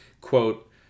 quote